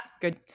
Good